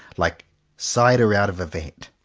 like cider out of a vat.